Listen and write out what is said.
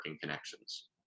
connections